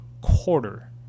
quarter